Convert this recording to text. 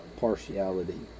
partiality